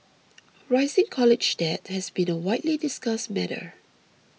rising college debt has been a widely discussed matter